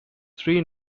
three